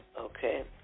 Okay